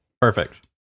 Perfect